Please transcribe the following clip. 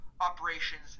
operations